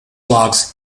lux